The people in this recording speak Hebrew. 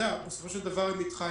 בסופו של דבר הם איתך,